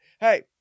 hey